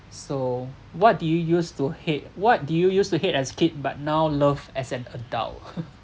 so what did you used to hate what did you used to hate as a kid but now love as an adult